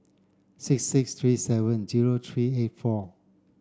six six three seven zero three eight four